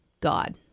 God